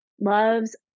loves